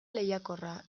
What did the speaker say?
lehiakorra